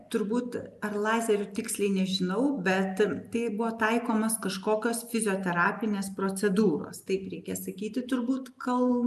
turbūt ar lazeriu tiksliai nežinau bet tai buvo taikomas kažkokios fizioterapinės procedūros taip reikės sakyti turbūt kol